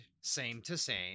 same-to-same